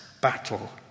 battle